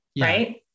right